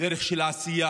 דרך של עשייה,